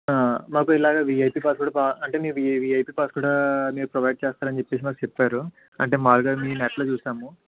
మాకు ఇలాగ వీఐపీ పాసులు కా అంటే మీ వీ వీఐపీ పాస్ కూడా మీరు ప్రొవైడ్ చేస్తారని చెప్పేసి మాకు చెప్పారు అంటే మాములుగా మేం నెట్లో చూశాము